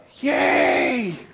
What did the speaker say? Yay